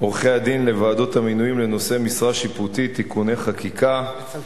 עורכי-הדין לוועדות המינויים לנושאי משרה שיפוטית (תיקוני חקיקה),